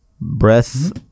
Breath